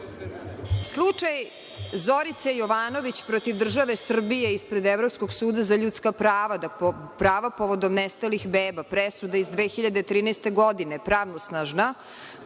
bitna. Slučaj Zorice Jovanović protiv države Srbije ispred Evropskog suda za ljudska prava, prava povodom nestalih beba, presuda iz 2013. godine, pravnosnažna,